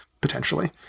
potentially